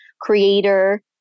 creator